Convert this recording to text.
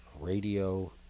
radio